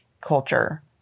culture